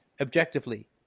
objectively